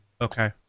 Okay